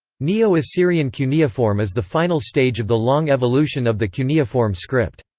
neo-assyrian cuneiform is the final stage of the long evolution of the cuneiform script.